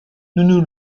nous